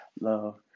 love